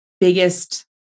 biggest